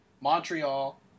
Montreal